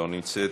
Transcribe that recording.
לא נמצאת,